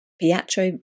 Pietro